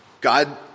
God